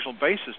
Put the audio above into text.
basis